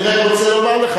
אני רק רוצה לומר לך,